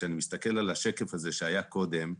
כאשר אני מסתכל על השקף שהוצג קודם,